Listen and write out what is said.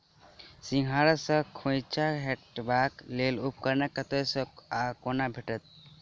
सिंघाड़ा सऽ खोइंचा हटेबाक लेल उपकरण कतह सऽ आ कोना भेटत?